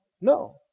No